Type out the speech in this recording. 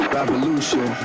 Revolution